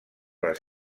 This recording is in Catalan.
les